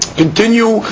continue